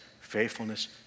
faithfulness